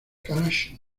cash